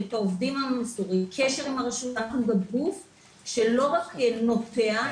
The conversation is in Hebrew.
את העובדים המסורים --- קשר שלא רק נוטע,